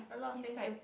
is like